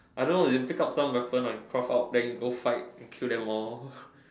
I don't know you pick up some weapon or you craft out then you go fight and kill them all